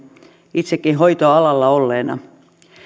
itsekin hoitoalalla olleena